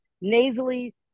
nasally